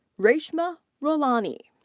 reshma rawlani.